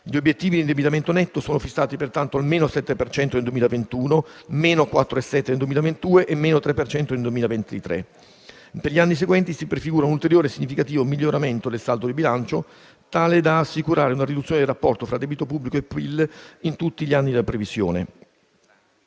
Gli obiettivi dell'indebitamento netto sono fissati pertanto a -7 per cento nel 2021, -4,7 per cento del 2022 e -3 per cento nel 2023. Per gli anni seguenti si prefigura un ulteriore significativo miglioramento del saldo di bilancio, tale da assicurare una riduzione del rapporto tra debito pubblico e PIL in tutti gli anni della previsione.